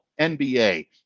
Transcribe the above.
NBA